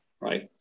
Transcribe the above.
right